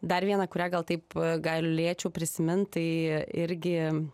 dar vieną kurią gal taip galėčiau prisimint tai irgi